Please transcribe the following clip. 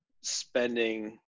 spending